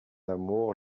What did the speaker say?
amour